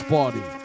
Party